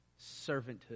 servanthood